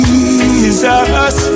Jesus